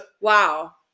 Wow